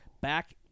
back